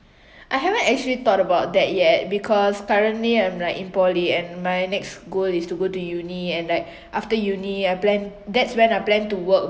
I haven't actually thought about that yet because currently I'm like in poly and my next goal is to go to uni and like after uni I plan that's when I plan to work